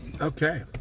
okay